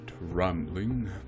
rambling